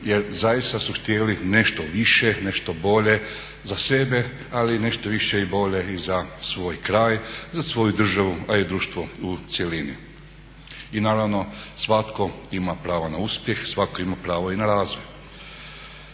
jer zaista su htjeli nešto više, nešto bolje za sebe, ali i nešto više i bolje i za svoj kraj, za svoju državu a i društvo u cjelini. I naravno svatko ima pravo na uspjeh, svatko ima pravo i na razvoj.